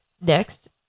next